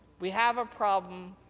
we have a problem.